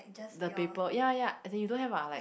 the paper ya ya as in you don't have ah like